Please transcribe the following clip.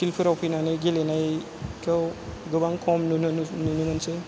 फिल्डफोराव फैनानै गेलेनायखौ गोबां खम नुनो मोनोसै